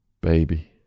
baby